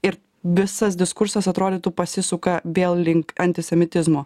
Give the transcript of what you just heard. ir visas diskursas atrodytų pasisuka vėl link antisemitizmo